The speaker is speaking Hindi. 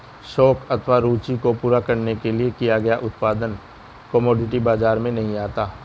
शौक अथवा रूचि को पूरा करने के लिए किया गया उत्पादन कमोडिटी बाजार में नहीं आता